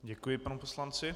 Děkuji panu poslanci.